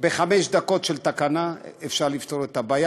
בחמש דקות של תקנה אפשר לפתור את הבעיה